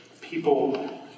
People